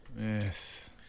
Yes